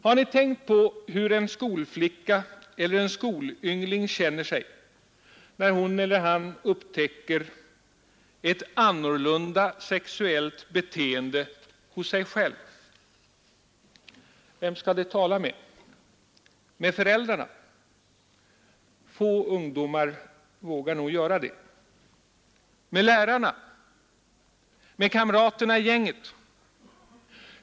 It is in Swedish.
Har ni tänkt på hur en skolflicka eller skolyngling känner sig när hon eller han upptäcker ett annorlunda sexuellt beteende hos sig själv? Vem skall de tala med? Med föräldrarna? Få ungdomar vågar göra det. Med lärarna? Med kamraterna i gänget?